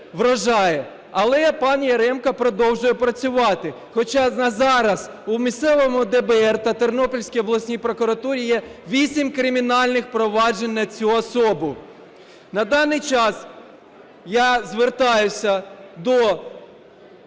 вражає, але пан Яремко продовжує працювати, хоча на зараз у місцевому ДБР та Тернопільській обласній прокуратурі є вісім кримінальних проваджень на цю особу. На даний час я звертаюся до..